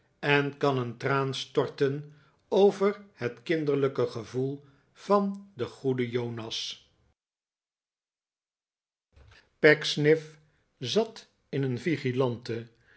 en kan een traan storten over het kinderlijke gevoel van den goeden jonas pecksniff zat in een